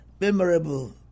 memorable